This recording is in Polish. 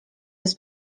bez